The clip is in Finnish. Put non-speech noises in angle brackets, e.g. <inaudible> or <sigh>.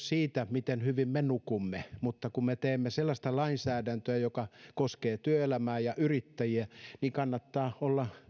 <unintelligible> siitä miten hyvin me nukumme mutta kun me teemme sellaista lainsäädäntöä joka koskee työelämää ja yrittäjiä niin kannattaa olla